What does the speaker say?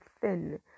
thin